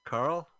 Carl